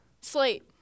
Slate